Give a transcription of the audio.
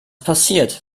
passiert